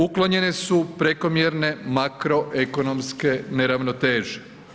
Uklonjene su prekomjerne makroekonomske neravnoteže.